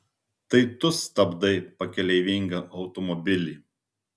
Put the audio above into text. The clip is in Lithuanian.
tai tu stabdai pakeleivingą automobilį